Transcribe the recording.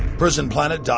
prisonplanet.